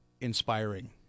inspiring